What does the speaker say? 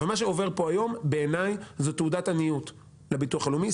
אבל בעיניי מה שעובר פה היום זה תעודת עניות לביטוח הלאומי,